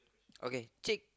okay cheek